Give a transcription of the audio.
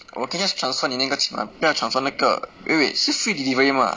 我可以 just transfer 你那个钱吗不要 transfer 那个 eh wait 是 free delivery 吗